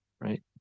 right